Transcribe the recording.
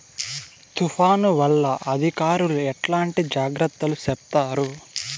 తుఫాను వల్ల అధికారులు ఎట్లాంటి జాగ్రత్తలు చెప్తారు?